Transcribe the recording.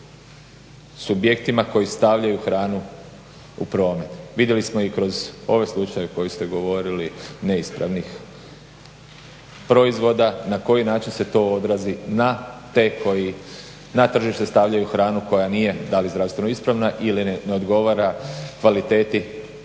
subjektima koji stavljaju hranu u promet. Vidjeli smo i kroz ove slučajeve koje ste govorili neispravnih proizvoda, na koji način se to odrazi na te koji na tržište stavljaju hranu koja nije da li zdravstveno ispravna ili ne odgovara kvaliteti na